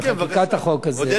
בחקיקת החוק הזה, כן, בבקשה.